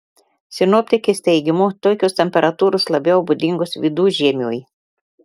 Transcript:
sinoptikės teigimu tokios temperatūros labiau būdingos vidužiemiui